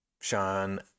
Sean